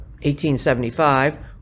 1875